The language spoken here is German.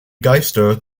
geister